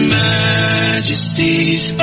majesties